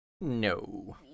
No